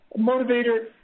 motivator